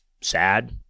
sad